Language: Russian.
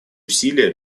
усилия